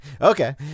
Okay